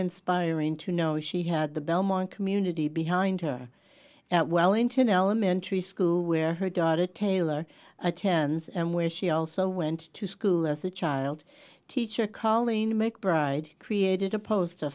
inspiring to know she had the belmont community behind her at wellington elementary school where her daughter taylor attends and where she also went to see as a child teacher colleen mcbride created opposed